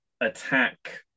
Attack